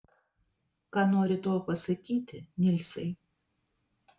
ką nori tuo pasakyti nilsai